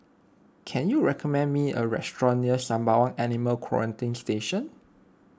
can you recommend me a restaurant near Sembawang Animal Quarantine Station